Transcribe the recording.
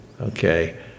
okay